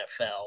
NFL